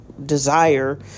desire